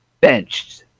benched